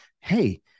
hey